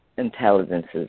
intelligences